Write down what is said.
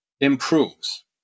improves